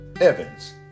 Evans